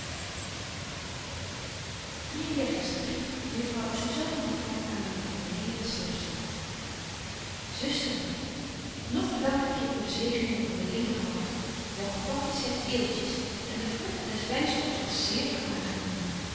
mejuffrouw zuzanna hofland aan mejuffrouw cornelia slimpslamp zuster lief nog bedank ik je voor de zegeningen van de linkehand jou gebakjes zyn eeltjes en de vrugt des wynstoks was zeer